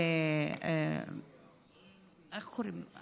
איך קוראים,